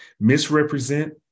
misrepresent